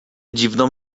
dziwną